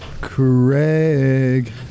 craig